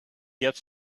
get